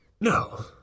No